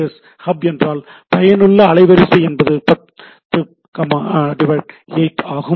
S hub என்றால் பயனுள்ள அலைவரிசை என்பது 108 ஆகும்